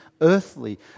earthly